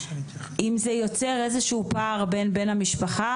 האם זה יוצר איזשהו פער בין בן המשפחה